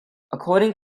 according